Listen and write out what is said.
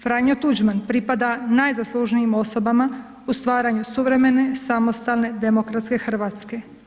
Franjo Tuđman pripada najzaslužnijim osobama u stvaranju suvremene, samostalne demokratske Hrvatske.